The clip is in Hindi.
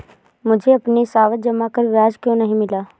मुझे अपनी सावधि जमा पर ब्याज क्यो नहीं मिला?